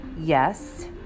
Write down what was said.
Yes